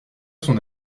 son